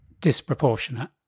disproportionate